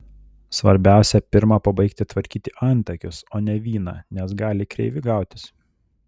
svarbiausia pirma pabaigti tvarkyti antakius o ne vyną nes gali kreivi gautis